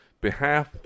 behalf